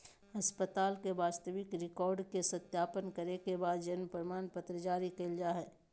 अस्पताल के वास्तविक रिकार्ड के सत्यापन करे के बाद जन्म प्रमाणपत्र जारी कइल जा हइ